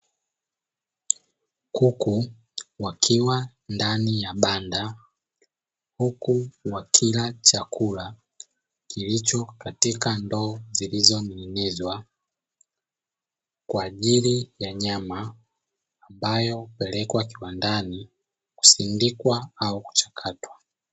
Kuku wakiwa ndani ya banda, huku wakila chakula kilicho katika ndoo zilizoning'inizwa, kwa ajili ya nyama ambayo hupelekwa kiwandani kusindikwa au kuchakatwa.